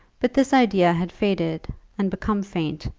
but this idea had faded and become faint,